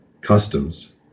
customs